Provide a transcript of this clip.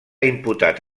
imputat